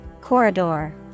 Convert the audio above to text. Corridor